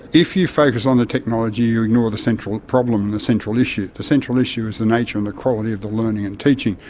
if you focus on the technology, you ignore the central problem and the central issue. the central issue is the nature and quality of the learning and teaching,